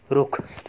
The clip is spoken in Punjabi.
ਰੁੱਖ